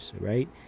right